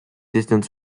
distance